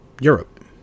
Europe